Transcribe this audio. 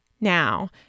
now